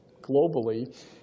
globally